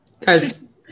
guys